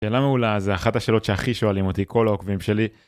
שאלה מעולה זה אחת השאלות שהכי שואלים אותי כל העוקבים שלי.